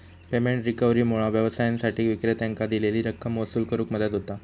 payment रिकव्हरीमुळा व्यवसायांसाठी विक्रेत्यांकां दिलेली रक्कम वसूल करुक मदत होता